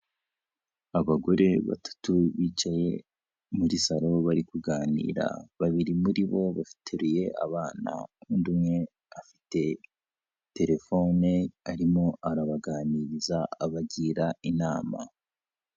Abagore batatu bicaye muri salo bari kuganira, babiri muri bo bateruye abana, undi umwe afite telefone arimo arabaganiriza abagira inama.